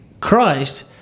Christ